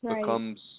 becomes